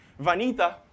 Vanita